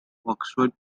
oxford